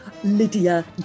Lydia